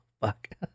fuck